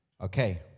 Okay